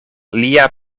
lia